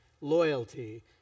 loyalty